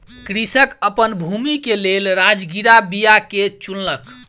कृषक अपन भूमि के लेल राजगिरा बीया के चुनलक